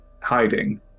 hiding